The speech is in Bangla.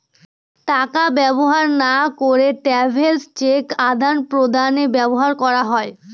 টাকা ব্যবহার না করে ট্রাভেলার্স চেক আদান প্রদানে ব্যবহার করা হয়